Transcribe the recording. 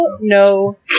No